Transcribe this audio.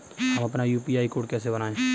हम अपना UPI code कैसे बनाएँ?